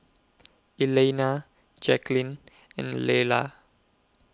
Elaina Jacquelyn and Lella